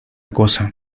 cosa